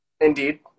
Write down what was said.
Indeed